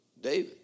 David